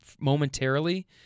momentarily